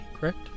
correct